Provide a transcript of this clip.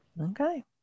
Okay